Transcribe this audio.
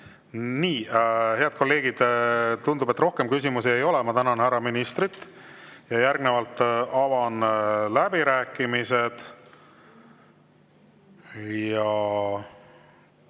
Nii, head kolleegid, tundub, et rohkem küsimusi ei ole. Ma tänan härra ministrit ja järgnevalt avan läbirääkimised.